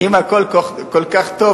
אם הכול כל כך טוב,